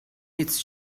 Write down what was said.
its